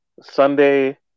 Sunday